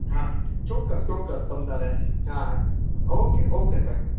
હા ચોક્કસ ચોક્કસ તમ તમારે હા ઓકે ઓકે સાહેબ